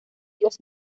dios